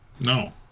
No